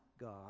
God